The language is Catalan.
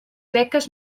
beques